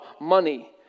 money